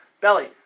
belly